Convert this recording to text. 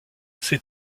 ces